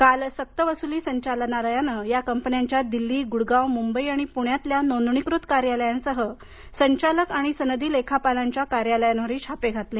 काल सक्तवसूली संचालनालयानं या कंपन्यांच्या दिल्ली ग्रंडगाव मुंबई आणि प्ण्यातल्या नोंदणीकृत कार्यालयांसह संचालक आणि सनदी लेखापालांच्या कार्यालयांवरही छापे घातले